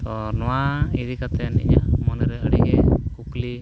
ᱛᱚ ᱱᱚᱣᱟ ᱤᱫᱤ ᱠᱟᱛᱮᱱ ᱤᱧᱟᱜ ᱢᱚᱱᱮᱨᱮ ᱟᱹᱰᱤᱜᱮ ᱠᱩᱠᱞᱤ